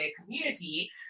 community